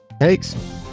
thanks